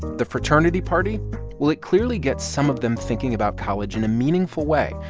the fraternity party well, it clearly gets some of them thinking about college in a meaningful way,